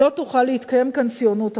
לא תוכל להתקיים כאן ציונות אמיתית."